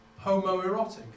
homoerotic